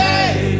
Hey